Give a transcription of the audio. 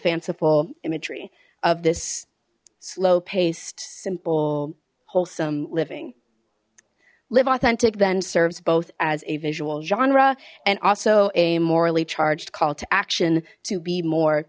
fanciful imagery of this slow paced simple wholesome living live authentic then serves both as a visual genre and also a morally charged call to action to be more